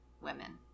women